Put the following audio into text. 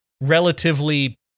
relatively